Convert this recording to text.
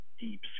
deep